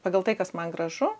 pagal tai kas man gražu